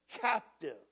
Captive